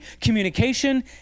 communication